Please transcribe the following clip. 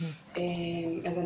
אז,